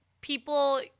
people